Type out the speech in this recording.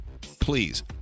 please